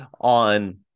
on